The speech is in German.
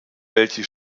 welche